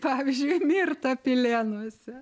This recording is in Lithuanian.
pavyzdžiui mirta pilėnuose